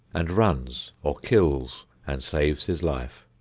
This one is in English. and runs or kills and saves his life.